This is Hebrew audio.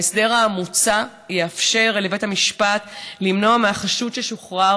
ההסדר המוצע יאפשר לבית המשפט למנוע מהחשוד ששוחרר